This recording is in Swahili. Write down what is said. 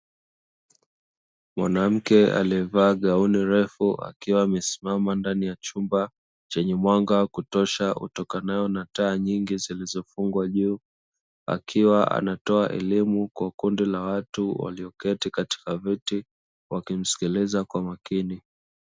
Mwanamke aliyevaa gauni refu akiwa amesimama ndani ya chumba chenye mwanga wa kutosha, utokanao na taa nyingi zilizofungwa juu. Akiwa anatoa elimu kwa kundi la watu walioketi katika viti wakimsikiliza kwa makini.